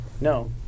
No